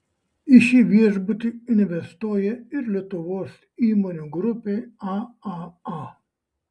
į šį viešbutį investuoja ir lietuvos įmonių grupė aaa